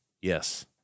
yes